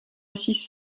six